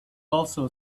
also